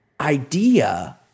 idea